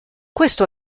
questo